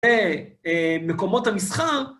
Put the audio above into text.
מקומות המסחר.